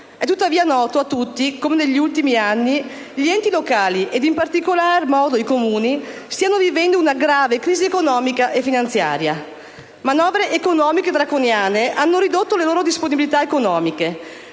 È tuttavia noto a tutti come negli ultimi anni gli enti locali, ed i Comuni in particolar modo, stiano vivendo una grave crisi economica e finanziaria. Manovre economiche draconiane hanno ridotto le loro disponibilità economiche,